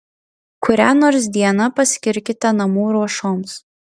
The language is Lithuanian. kurią nors dieną paskirkite namų ruošoms